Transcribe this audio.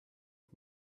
ich